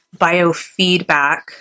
biofeedback